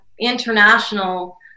international